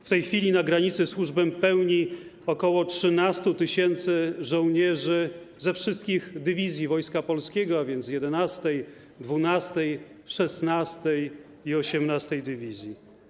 W tej chwili na granicy służbę pełni ok. 13 tys. żołnierzy ze wszystkich dywizji Wojska Polskiego, a więc z 11., 12., 16., i 18. dywizji.